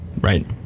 Right